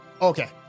Okay